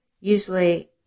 usually